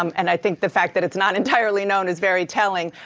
um and i think the fact that it's not entirely known is very telling.